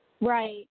Right